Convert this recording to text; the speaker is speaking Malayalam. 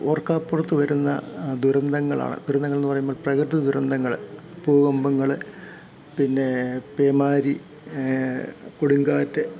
ഓർക്കാപ്പുറത്ത് വരുന്ന ദുരന്തങ്ങളാണ് ദുരന്തങ്ങളെന്ന് പറയുമ്പോൾ പ്രകൃതി ദുരന്തങ്ങൾ ഭൂകമ്പങ്ങൾ പിന്നെ പേമാരി കൊടുങ്കാറ്റ്